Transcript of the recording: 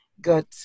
got